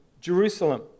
Jerusalem